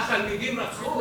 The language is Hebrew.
מה, תלמידים רצחו?